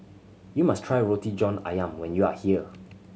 you must try Roti John Ayam when you are here